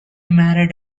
married